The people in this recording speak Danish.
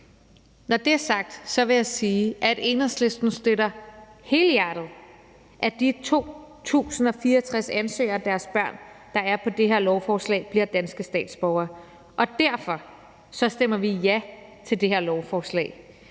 Når det er sagt, vil jeg sige, at Enhedslisten støtter, helhjertet, at de 2.064 ansøgere og deres børn, der er på det her lovforslag, bliver danske statsborgere, og derfor stemmer vi ja til det her lovforslag.